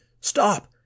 Stop